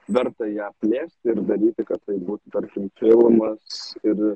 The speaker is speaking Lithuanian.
verta ją plėsti ir daryti kad tai būtų tarkim filmas ir